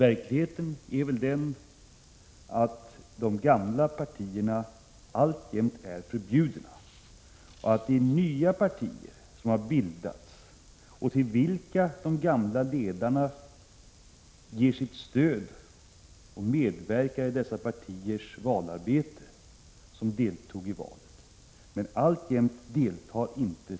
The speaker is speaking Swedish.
Verkligheten är väl den att de gamla partierna alltjämt är förbjudna och att det var de nya partier som har bildats, partier som de gamla ledarna ger sitt stöd bl.a. genom medverkan i dessa partiers valarbete, som deltog i valet.